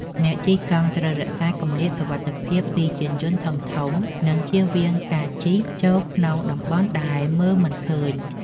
អ្នកជិះកង់ត្រូវរក្សាគម្លាតសុវត្ថិភាពពីយានយន្តធំៗ និងជៀសវាងការជិះចូលក្នុងតំបន់ដែលមើលមិនឃើញ។